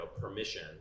permission